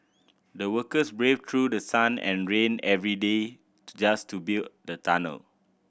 the workers braved through sun and rain every day just to build the tunnel